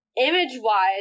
image-wise